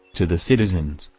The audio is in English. to the citizens,